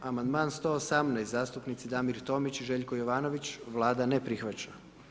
Amandman 118, zastupnici Damir Tomić i Željko Jovanović, Vlada ne prihvaća.